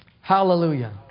Hallelujah